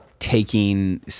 taking